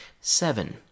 Seven